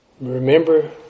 Remember